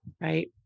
right